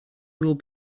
will